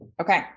Okay